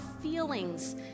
feelings